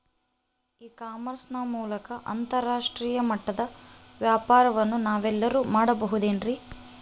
E commerce ನ ಮೂಲಕ ಅಂತರಾಷ್ಟ್ರೇಯ ಮಟ್ಟದ ವ್ಯಾಪಾರವನ್ನು ನಾವೆಲ್ಲರೂ ಮಾಡುವುದೆಂದರೆ?